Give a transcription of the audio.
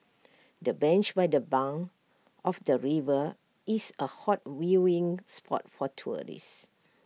the bench by the bank of the river is A hot viewing spot for tourists